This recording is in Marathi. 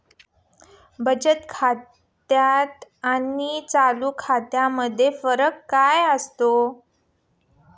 बचत खाते आणि चालू खाते यामध्ये फरक काय असतो?